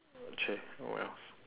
!chey! oh wells